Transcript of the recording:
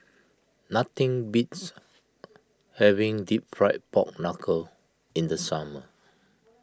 nothing beats having Deep Fried Pork Knuckle in the summer